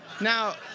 Now